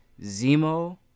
Zemo